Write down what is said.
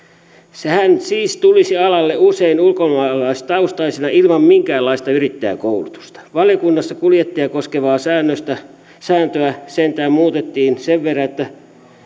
sehän siis tulisi alalle usein ulkomaalaistaustaisena ilman minkäänlaista yrittäjäkoulutusta valiokunnassa kuljettajia koskevaa sääntöä sentään muutettiin sen verran että